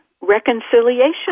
reconciliation